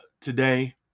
today